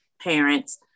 parents